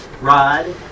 rod